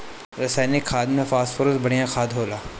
रासायनिक खाद में फॉस्फोरस बढ़िया खाद होला